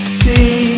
see